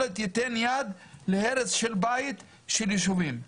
להיות לא ייתן יד להרס של בית של ישובים.